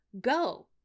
go